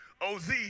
OZ